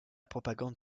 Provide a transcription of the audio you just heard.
propagande